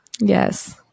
Yes